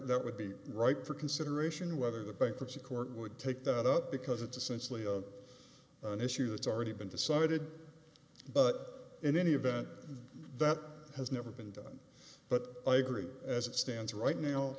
that would be right for consideration whether the bankruptcy court would take that up because it's essentially an issue that's already been decided but in any event that has never been done but i agree as it stands right now